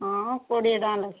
ହଁ କୋଡ଼ିଏ ଟଙ୍କା ଲାଖେ